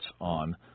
on